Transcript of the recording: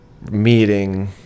meeting